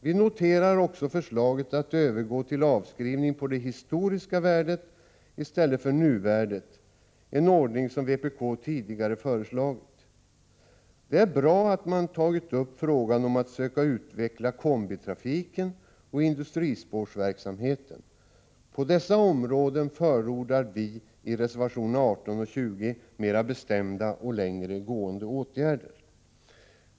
Vi noterar också förslaget att övergå till avskrivning på det historiska värdet i stället för nuvärdet — en ordning som vpk tidigare föreslagit. Det är bra att man tagit upp frågan om att försöka utveckla kombitrafiken och industrispårsverksamheten. På dessa områden förordar vi i reservationerna 18 och 20 mer bestämda och längre gående åtgärder.